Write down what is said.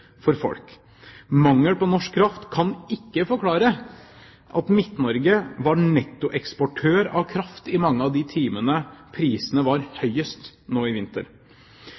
for folk. Mangel på norsk kraft kan ikke forklare at Midt-Norge var nettoeksportør av kraft i mange av de timene prisene var høyest nå i vinter.